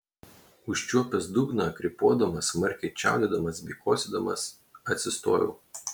užčiuopęs dugną krypuodamas smarkiai čiaudėdamas bei kosėdamas atsistojau